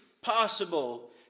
possible